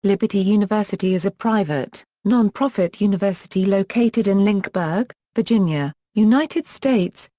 liberty university is a private, non-profit university located in lynchburg, virginia, united states,